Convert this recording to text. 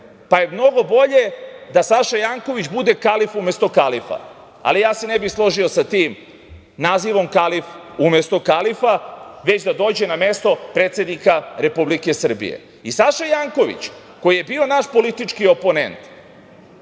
pa je mnogo bolje da Saša Janković bude kalif umesto kalifa. Ali, ja se ne bih složio sa tim nazivom kalif umesto kalifa, već da dođe na mesto predsednika Republike Srbije. Saša Janković koji je bio naš politički oponent